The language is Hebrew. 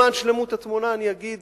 למען שלמות התמונה אני אגיד